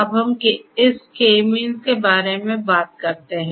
अब हम इस K मींस के बारे में बात करते हैं